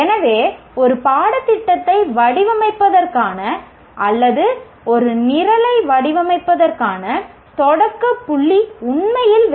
எனவே ஒரு பாடத்திட்டத்தை வடிவமைப்பதற்கான அல்லது ஒரு நிரலை வடிவமைப்பதற்கான தொடக்கப் புள்ளி உண்மையில் விளைவுகளாகும்